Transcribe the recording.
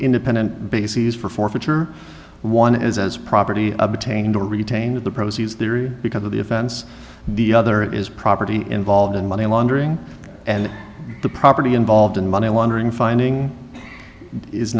independent bases for forfeiture one and as as property obtained or retain the proceeds theory because of the offense the other is property involved in money laundering and the property involved in money laundering fining is